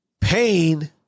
Pain